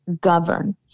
govern